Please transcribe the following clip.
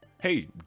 Hey